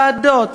ועדות,